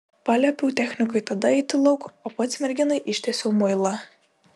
paliepiau technikui tada eiti lauk o pats merginai ištiesiau muilą